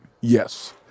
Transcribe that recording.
Yes